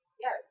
Yes